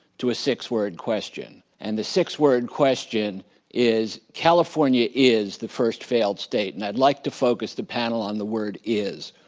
to a six-word question. and the six-word question is, california is the first failed state and i'd like to focus the panel on the word is.